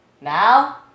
Now